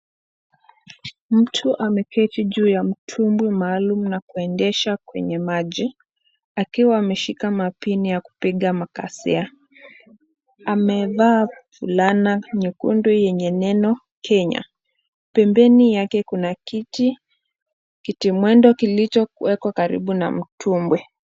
Mtu ameketi juu ya mtumbwi maalum na kuendesha kwenye maji. Akiwa ameshika mapini ya kupiga makasia. Amevaa fulana nyekundu yenye neno Kenya. Pembeni yake kuna kiti, kitimwendo kilichokuweko karibu na mtumbwi.